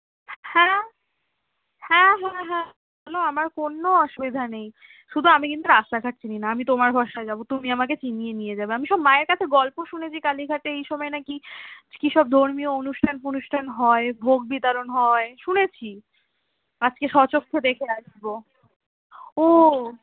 হ্যাঁ হ্যাঁ হ্যাঁ হ্যাঁ হ্যাঁ শোনো আমার কোনো অসুবিধা নেই শুধু আমি কিন্তু রাস্তাঘাট চিনি না তোমার ভরসায় যাবো তুমি আমাকে চিনিয়ে নিয়ে যাবে আমি সব মায়ের কাছে গল্প শুনেছি কালীঘাটে এই সময় নাকি কী সব ধর্মীয় অনুষ্ঠান ফনুষ্ঠান হয় ভোগ বিতরণ হয় শুনেছি আজকে সচক্ষে দেখে আসবো ও